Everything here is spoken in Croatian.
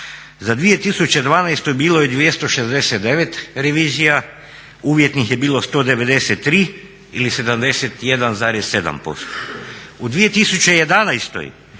Za 2012. bilo je 269 revizija, uvjetnih je bilo 193 ili 71,7%. U 2011.